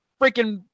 freaking